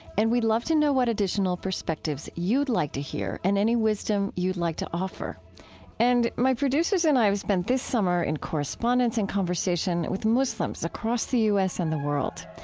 and we'd love to know what additional perspectives you'd like to hear and any wisdom you'd like to offer and my producers and i have spent this summer in correspondence and conversation with muslims across the u s. and the world.